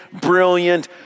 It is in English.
brilliant